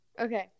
Okay